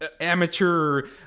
amateur